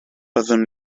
byddwn